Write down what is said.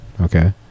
okay